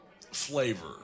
flavor